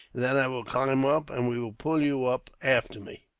then i will climb up, and we will pull you up after me.